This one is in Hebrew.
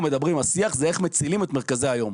אז השיח בשנה האחרונה הוא על איך מצילים את מרכזי היום,